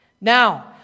Now